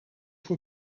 voor